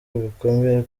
bikomeye